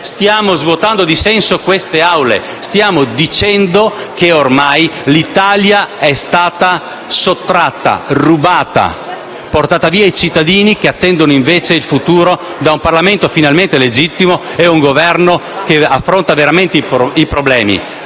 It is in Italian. Stiamo svuotando di senso queste Aule, stiamo dicendo che ormai l'Italia è stata sottratta, portata via ai cittadini che attendono invece il futuro da un Parlamento finalmente legittimo e da un Governo che affronta veramente i problemi.